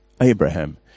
Abraham